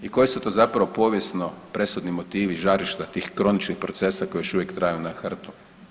I koji su to zapravo povijesno presudni motivi, žarišta tih kroničnih procesa koji još uvijek traju na HRT-u.